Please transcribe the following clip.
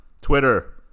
Twitter